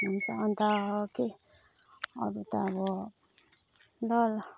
हुन्छ अन्त के अरू त अब ल ल